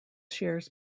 shares